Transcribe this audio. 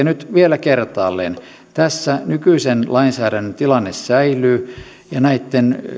nyt vielä kertaalleen tässä nykyisen lainsäädännön tilanne säilyy ja näitten